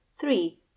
three